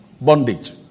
bondage